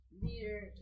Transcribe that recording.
leader